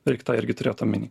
reik tą irgi turėt omeny